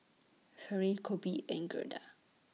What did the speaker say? Fairy Coby and Gerda